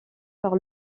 par